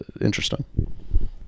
interesting